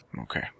Okay